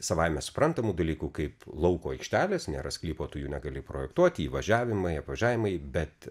savaime suprantamų dalykų kaip lauko aikštelės nėra sklypo tu jų negali projektuoti įvažiavimai apvažiavimai bet